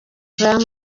crew